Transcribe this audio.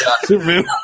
Superman